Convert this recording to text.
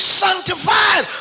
sanctified